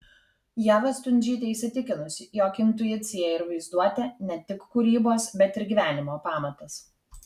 ieva stundžytė įsitikinusi jog intuicija ir vaizduotė ne tik kūrybos bet ir gyvenimo pamatas